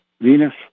Venus